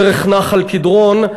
דרך נחל-קדרון,